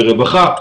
ברווחה,